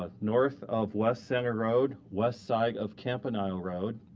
ah north of west center road, west side of campanile road.